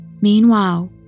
Meanwhile